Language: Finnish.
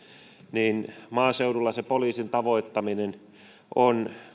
niin maaseudulla se poliisin tavoittaminen on